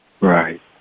Right